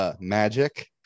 magic